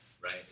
right